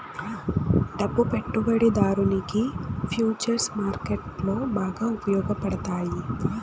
డబ్బు పెట్టుబడిదారునికి ఫుచర్స్ మార్కెట్లో బాగా ఉపయోగపడతాయి